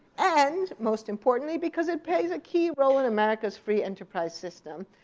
and most importantly because it plays a key role in america's free enterprise system.